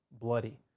bloody